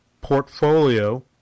portfolio